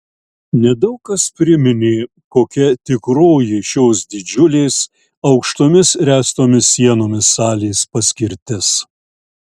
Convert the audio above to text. nedaug kas priminė kokia tikroji šios didžiulės aukštomis ręstomis sienomis salės paskirtis